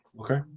Okay